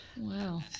Wow